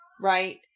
right